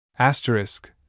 Asterisk